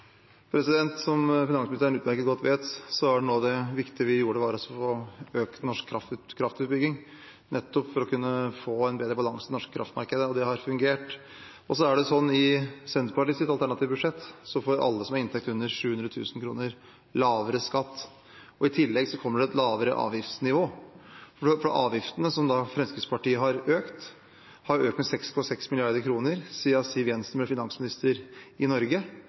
Som finansministeren utmerket godt vet, var noe av det viktige vi gjorde, å få økt norsk kraftutbygging, nettopp for å kunne få en bedre balanse i det norske kraftmarkedet. Det har fungert. I Senterpartiets alternative budsjett får alle som har inntekt under 700 000 kr, lavere skatt. I tillegg kommer det et lavere avgiftsnivå. Avgiftene som Fremskrittspartiet har økt, har økt med 6,6 mrd. kr siden Siv Jensen ble finansminister i Norge.